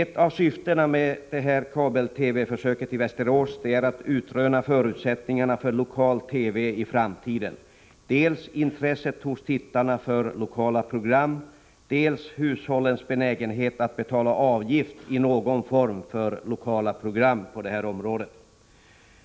Ett av syftena med kabel-TV-försöket i Västerås är att utröna förutsättningarna för lokal-TV i framtiden — dels intresset hos tittarna för lokala program, dels hushållens benägenhet att betala avgift i någon form för lokala program på det här området.